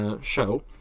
Show